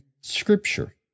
Scripture